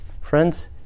Friends